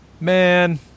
Man